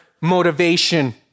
motivation